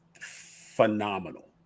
phenomenal